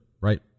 right